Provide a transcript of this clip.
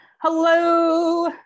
Hello